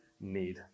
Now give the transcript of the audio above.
need